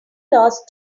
lost